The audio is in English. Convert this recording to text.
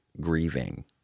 grieving